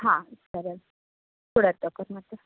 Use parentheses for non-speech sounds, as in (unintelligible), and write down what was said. ಹಾಂ ಸರಿ (unintelligible)